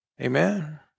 Amen